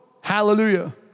Hallelujah